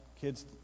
kids